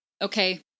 okay